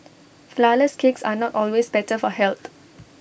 Flourless Cakes are not always better for health